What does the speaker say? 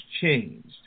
changed